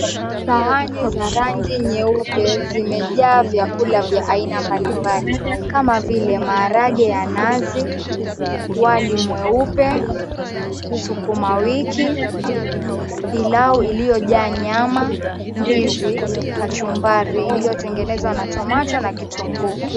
Sahani za rangi nyeupe, zimejaa vyakula vya rangi mbalimbali. Kama vile maharage ya nazi, wali mweupe, sukuma wiki, pilau iliyojaa nyama, ndizi, kachumbari iliyotengenezwa na tomato na kitunguu.